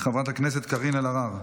חברת הכנסת קארין אלהרר,